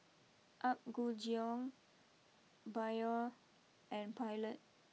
Apgujeong Biore and Pilot